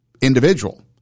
individual